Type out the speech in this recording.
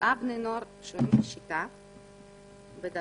תשעה בני נוער שוהים ב"שיטה" בדרום.